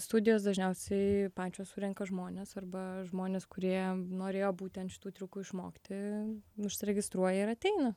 studijos dažniausiai pačios surenka žmones arba žmonės kurie norėjo būtent šitų triukų išmokti užsiregistruoja ir ateina